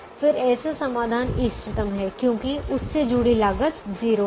फिर ऐसा समाधान इष्टतम है क्योंकि उस से जुड़ी लागत 0 है